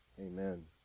Amen